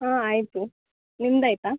ಹಾಂ ಆಯಿತು ನಿಮ್ಮದಾಯ್ತಾ